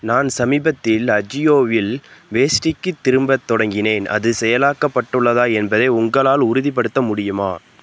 நான் சமீபத்தில் அஜியோவில் வேஷ்டிக்கு திரும்பத் தொடங்கினேன் அது செயலாக்கப்பட்டுள்ளதா என்பதை உங்களால் உறுதிப்படுத்த முடியுமா